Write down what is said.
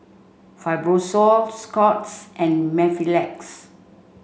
Fibrosol Scott's and Mepilex